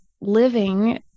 living